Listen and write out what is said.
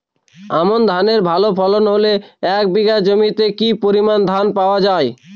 আমন ধানের ভালো ফলন হলে এক বিঘা জমিতে কি পরিমান ধান পাওয়া যায়?